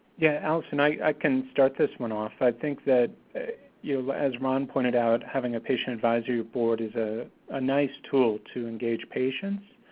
yeah, allison, i can start this one off. i think that as ron pointed out, having a patient advisory board is ah a nice tool to engage patients.